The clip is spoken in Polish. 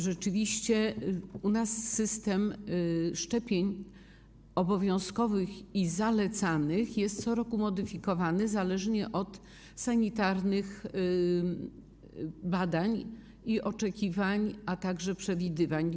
Rzeczywiście u nas system szczepień obowiązkowych i zalecanych jest co roku modyfikowany w zależności od sanitarnych badań i oczekiwań, a także przewidywań.